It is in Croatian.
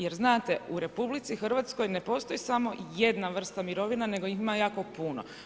Jer znate, u RH ne postoji samo jedna vrsta mirovine, nego ih ima jako puno.